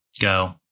Go